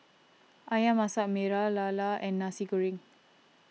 Ayam Masak Merah Lala and Nasi Goreng